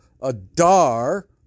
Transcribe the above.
Adar